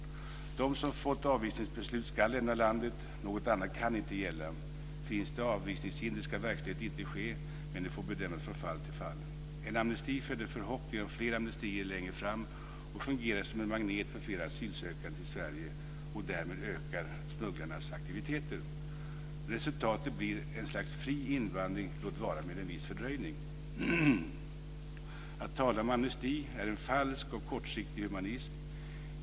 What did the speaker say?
De som har fått avvisningsbeslut ska lämna landet. Något annat kan inte gälla. Finns det avvisningshinder ska verkställighet inte ske, men det får bedömas från fall till fall. En amnesti föder förhoppningar om fler amnestier längre fram och fungerar som en magnet för fler asylsökande till Sverige. Därmed ökar smugglarnas aktiviteter. Resultatet blir en slags fri invandring - låt vara med en viss fördröjning. Att tala om amnesti är en falsk och kortsiktig humanism.